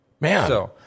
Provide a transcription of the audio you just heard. Man